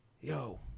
Yo